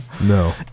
No